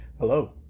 Hello